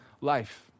life